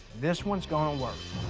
this one's gonna work.